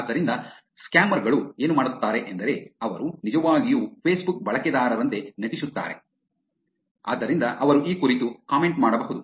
ಆದ್ದರಿಂದ ಸ್ಕ್ಯಾಮರ್ ಗಳು ಏನು ಮಾಡುತ್ತಾರೆ ಎಂದರೆ ಅವರು ನಿಜವಾಗಿಯೂ ಫೇಸ್ಬುಕ್ ಬಳಕೆದಾರರಂತೆ ನಟಿಸುತ್ತಾರೆ ಆದ್ದರಿಂದ ಅವರು ಈ ಕುರಿತು ಕಾಮೆಂಟ್ ಮಾಡಬಹುದು